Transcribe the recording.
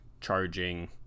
charging